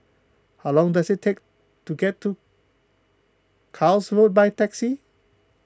how long does it take to get to Carlisle Road by taxi